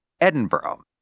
Edinburgh